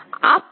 అప్పుడు 1